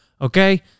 okay